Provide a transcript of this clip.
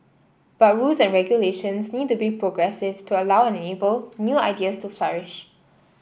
but rules and regulations need to be progressive to allow and enable new ideas to flourish